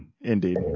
Indeed